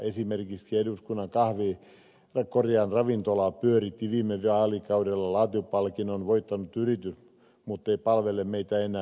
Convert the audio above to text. esimerkiksi eduskunnan ravintolaa pyöritti viime vaalikaudella laatupalkinnon voittanut yritys muttei palvele meitä enää